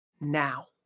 now